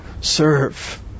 Serve